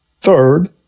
Third